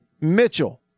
Mitchell